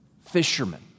fishermen